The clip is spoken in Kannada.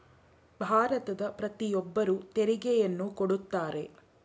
ಭಾರತದ ಪ್ರತಿಯೊಬ್ಬರು ತೆರಿಗೆಯನ್ನು ಕೊಡುತ್ತಾರೆ